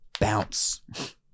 bounce